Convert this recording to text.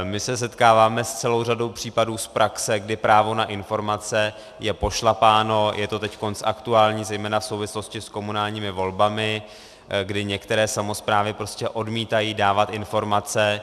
My se setkáváme s celou řadou případů z praxe, kdy právo na informace je pošlapáno, je to teď aktuální zejména v souvislosti s komunálními volbami, kdy některé samosprávy prostě odmítají dávat informace.